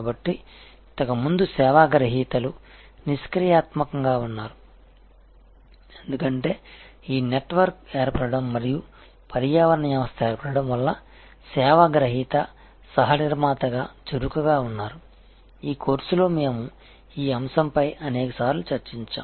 కాబట్టి ఇంతకు ముందు సేవా గ్రహీతలు నిష్క్రియాత్మకంగా ఉన్నారు ఎందుకంటే ఈ నెట్వర్క్ ఏర్పడటం మరియు పర్యావరణ వ్యవస్థ ఏర్పడడం వలన సేవ గ్రహీత సహ నిర్మాతగా చురుకుగా ఉన్నారు ఈ కోర్స్లో మేము ఈ అంశంపై అనేకసార్లు చర్చించాము